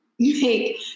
Make